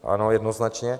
Ano, jednoznačně.